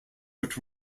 but